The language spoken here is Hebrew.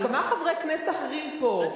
כמה חברי כנסת אחרים פה,